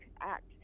act